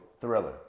thriller